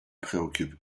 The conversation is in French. préoccupe